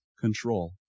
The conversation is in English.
control